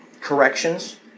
corrections